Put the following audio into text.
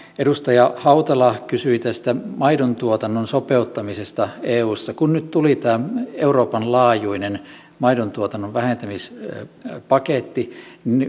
edustaja hautala kysyi maidontuotannon sopeuttamisesta eussa kun nyt tuli tämä euroopan laajuinen maidontuotannon vähentämispaketti